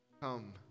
come